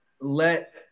let